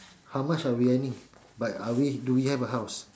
how much are we earning but are we do we have a house